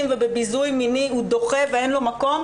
ובביזוי מיני הוא דוחה ואין לו מקום.